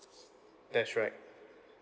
that's right